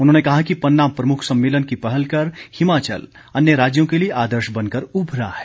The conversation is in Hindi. उन्होंने कहा कि पन्ना प्रमुख सम्मेलन की पहल कर हिमाचल अन्य राज्यों के लिए आदर्श बनकर उभरा है